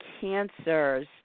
cancers